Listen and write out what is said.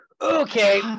Okay